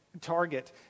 target